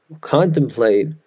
contemplate